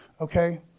okay